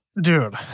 Dude